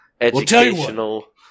educational